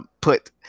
put